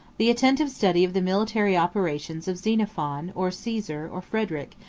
the attentive study of the military operations of xenophon, or caesar, or frederic,